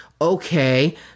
okay